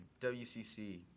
WCC